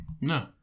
No